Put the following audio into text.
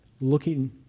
looking